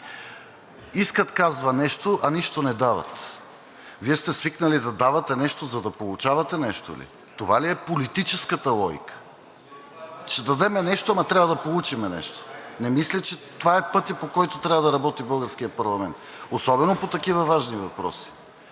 искат, казва, нещо, а нищо не дават! Вие сте свикнали да давате нещо, за да получавате нещо ли? Това ли е политическата логика? (Реплики от ВЪЗРАЖДАНЕ.) Ще дадем нещо, ама трябва да получим нещо! Не мисля, че това е пътят, по който трябва да работи българския парламент, особено по такива важни въпроси.